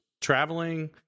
traveling